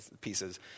pieces